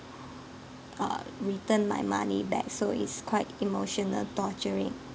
uh return my money back so it's quite emotional torturing